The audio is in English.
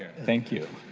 thank you